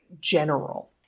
general